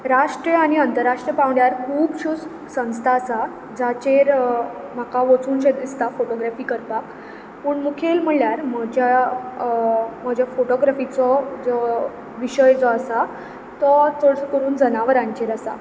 राष्ट्रीय आनी अंतरराष्ट्रीय पांवड्यार खुबश्यो संस्था आसा जाचेर म्हाका वचूंशें दिसता फोटोग्रेफी करपाक पूण मुखेल म्हणल्यार म्हज्या म्हज्या फोटोग्रफिचो जो विशय जो आसा तो चड करून जनावरांचेर आसा